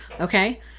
Okay